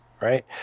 right